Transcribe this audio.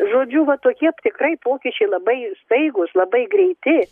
žodžiu va tokie tikrai pokyčiai labai staigūs labai greiti